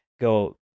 go